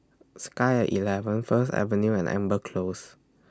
Sky At eleven First Avenue and Amber Close